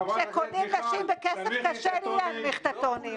חברת הכנסת מיכל רוזין, תנמיכי את הטונים.